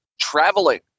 traveling